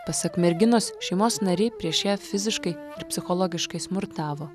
pasak merginos šeimos nariai prieš ją fiziškai ir psichologiškai smurtavo